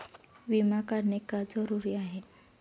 विमा काढणे का जरुरी आहे?